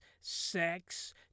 sex